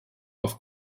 auf